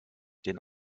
den